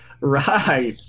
Right